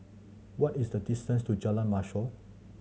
what is the distance to Jalan Mashor